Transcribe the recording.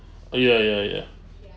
oh ya ya ya